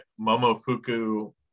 Momofuku